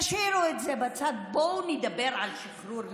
תשאירו את זה בצד, בואו נדבר על שחרור לאומי,